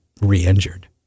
re-injured